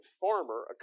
farmer